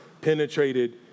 penetrated